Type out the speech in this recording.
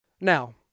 Now